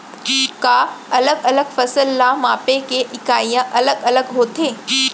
का अलग अलग फसल ला मापे के इकाइयां अलग अलग होथे?